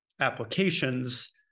applications